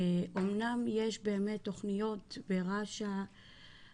אמנם יש באמת תכניות ברש"א,